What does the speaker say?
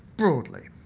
broadly.